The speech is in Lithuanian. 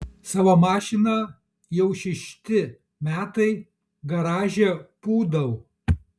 savo mašiną jau šešti metai garaže pūdau